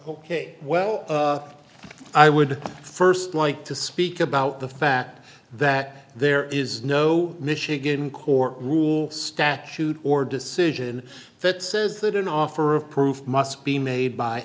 ok well i would first like to speak about the fact that there is no michigan court rule statute or decision that says that an offer of proof must be made by